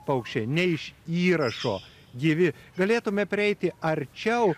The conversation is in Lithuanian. paukščiai ne iš įrašo gyvi galėtume prieiti arčiau